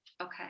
Okay